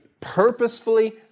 purposefully